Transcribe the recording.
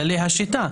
כללי השיטה,